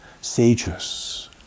sages